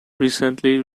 recently